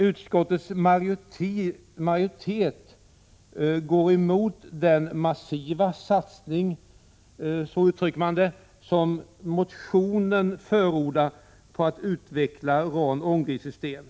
Utskottsmajoriteten går emot den massiva satsning, som man uttrycker det, som motionen förordar när det gäller att utveckla RAN-ångdrivsystem.